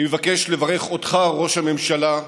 אני מבקש לברך אותך, ראש הממשלה,